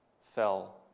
fell